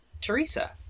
Teresa